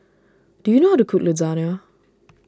do you know how to cook Lasagna